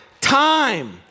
time